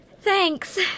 Thanks